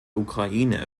ukraine